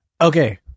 okay